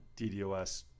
DDOS